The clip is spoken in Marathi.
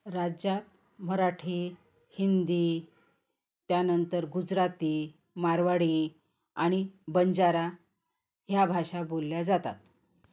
राज्यात मराठी हिंदी त्यानंतर गुजराती मारवाडी आणि बंजारा ह्या भाषा बोलल्या जातात